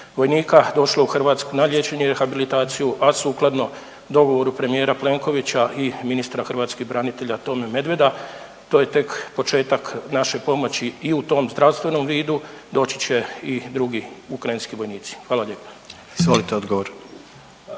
došlo u Hrvatsku na liječenje i rehabilitaciju, a sukladno dogovoru premijera Plenkovića i ministra hrvatskih branitelja Tome Medveda. To je tek početak naše pomoći i u tom zdravstvenom vidu, doći će i drugi ukrajinski vojnici. Hvala lijepa.